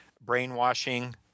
brainwashing